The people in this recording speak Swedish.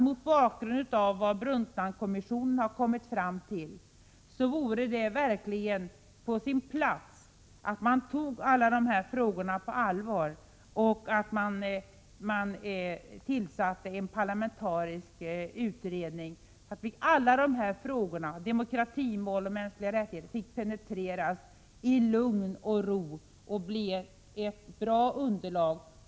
Mot bakgrund av vad Brundtlandkommissionen har kommit fram till vore det verkligen på sin plats att man tog alla dessa frågor på allvar och tillsatte en parlamentarisk utredning, så att alla dessa frågor om demokratimål och mänskliga rättigheter fick penetreras i lugn och ro. Då skulle man få ett bra underlag.